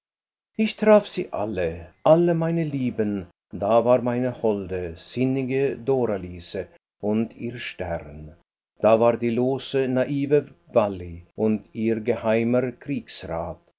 ich traf sie alle alle meine lieben da war meine holde sinnige doralice und ihr stern da war die lose naive vally und ihr geheimer kriegsrat